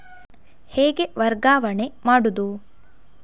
ಹೇಗೆ ವರ್ಗಾವಣೆ ಮಾಡುದು?